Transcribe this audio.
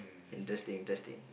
interesting interesting